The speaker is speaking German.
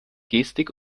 gestik